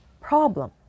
problem